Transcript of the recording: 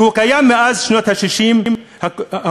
שקיים מאז שנות ה-60 המוקדמות,